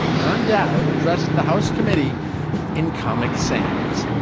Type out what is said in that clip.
john dowd addressed the house committee in comic sans.